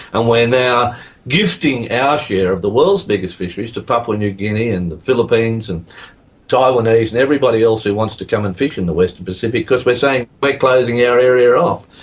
and we're now gifting our share of the world's biggest fisheries to papua new guinea and the philippines and taiwanese and everybody else who wants to come and fish in the western pacific, because we're saying we're closing our area off.